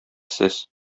сез